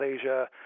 Asia